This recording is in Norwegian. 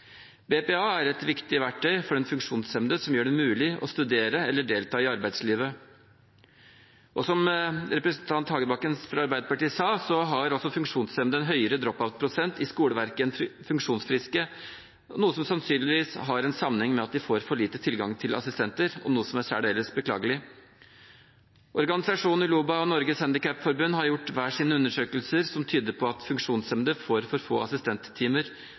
BPA er et viktig verktøy for den funksjonshemmede og gjør det mulig å studere eller delta i arbeidslivet. Og som representanten Hagebakken fra Arbeiderpartiet sa, har også funksjonshemmede en høyere «drop-out»-prosent i skoleverket enn funksjonsfriske, noe som sannsynligvis har en sammenheng med at de får for liten tilgang til assistenter – som er særdeles beklagelig. Organisasjonen Uloba og Norges Handikapforbund har gjort hver sin undersøkelse som tyder på at funksjonshemmede får for få assistenttimer,